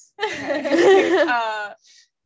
Yes